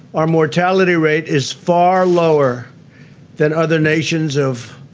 our mortality rate is far lower than other nations of